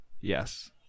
Yes